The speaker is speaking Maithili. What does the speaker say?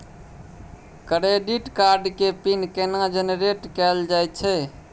क्रेडिट कार्ड के पिन केना जनरेट कैल जाए छै?